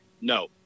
no